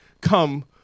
come